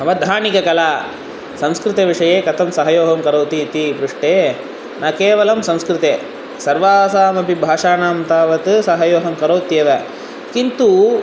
अवधानिककला संस्कृतविषये कथं सहयोगं करोति इति दृष्टे न केवलं संस्कृते सर्वासामपि भाषानां तावत् सहयोगं करोत्येव किन्तु